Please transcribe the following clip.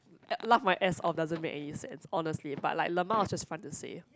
laugh my ass off doesn't make any sense honestly but like lmao is just fun to say